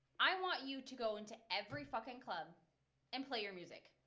i want you to go into every fucking club and play your music.